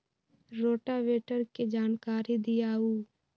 Rotavator के जानकारी दिआउ?